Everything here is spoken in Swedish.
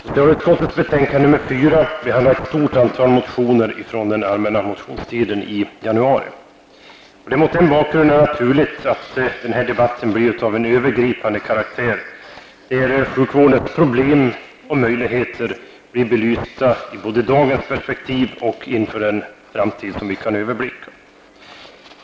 Fru talman! Socialutskottets betänkande nr 4 behandlar ett stort antal motioner från den allmänna motionstiden i januari. Det är mot den bakgrunden naturligt att denna debatt blir av en övergripande karaktär, där sjukvårdens problem och möjligheter blir belysta ur både dagens perspektiv och inför den framtid som vi kan överblicka.